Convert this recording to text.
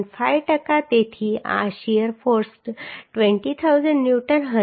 5 ટકા તેથી આ શીયર ફોર્સ 20000 ન્યૂટન હશે